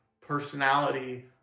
personality